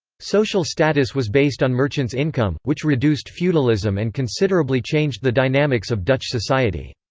social status was based on merchants' income, which reduced feudalism and considerably changed the dynamics of dutch society.